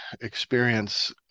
experience